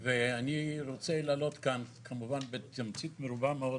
ואני רוצה להעלות כאן, כמובן בתמצית מרובה מאוד,